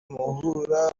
muhura